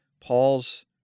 Paul's